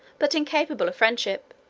but incapable of friendship,